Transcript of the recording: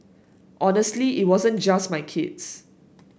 honestly it wasn't just my kids